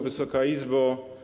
Wysoka Izbo!